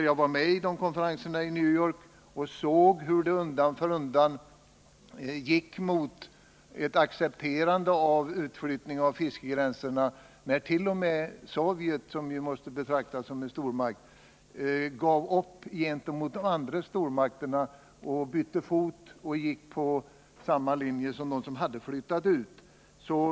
Jag deltog alltså i dessa konferenser i New York och såg hur det undan för undan gick mot ett accepterande av en utflyttning av fiskegränserna. T. o. m. Sovjet, som ju måste betraktas som en stormakt, gav upp gentemot de andra stormakterna, bytte fot och gick på samma linje som de stormakter som flyttat ut gränsen.